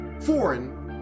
foreign